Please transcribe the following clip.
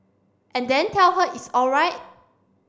and then tell her it's alright